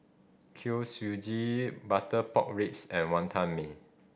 Kuih Suji butter pork ribs and Wonton Mee